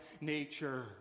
nature